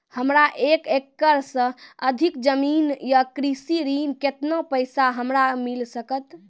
हमरा एक एकरऽ सऽ अधिक जमीन या कृषि ऋण केतना पैसा हमरा मिल सकत?